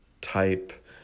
type